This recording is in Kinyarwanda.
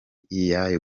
iyayo